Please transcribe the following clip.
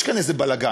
יש כאן איזה בלגן,